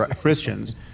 Christians